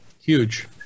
Huge